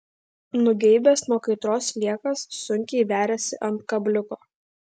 nugeibęs nuo kaitros sliekas sunkiai veriasi ant kabliuko